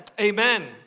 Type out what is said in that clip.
amen